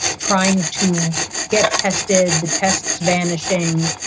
trying to get tested. the tests vanishing,